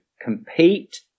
compete